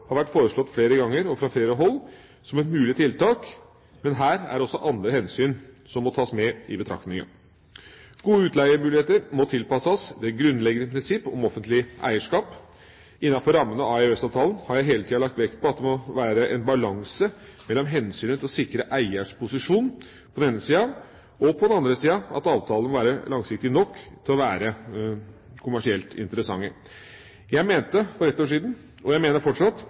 har vært foreslått flere ganger og fra flere hold som et mulig tiltak, men her er det også andre hensyn som må tas i betraktning. Gode utleiemuligheter må tilpasses det grunnleggende prinsippet om offentlig eierskap. Innenfor rammene av EØS-avtalen har jeg hele tida lagt vekt på at det må være en balanse mellom hensynet til å sikre eiers posisjon på den ene sida og, på den andre sida, at avtalene må være langsiktige nok til å være kommersielt interessante. Jeg mente for ett år siden – og jeg mener fortsatt